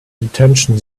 detention